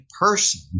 person